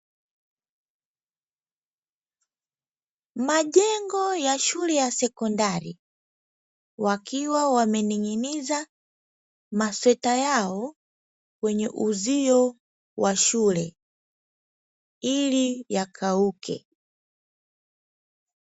Majengo ya shule ya sekondari, Wakiwa wameninginiza Masweta yao Kwa Wa shule Ili yakauke.